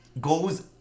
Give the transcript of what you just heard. goes